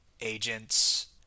agents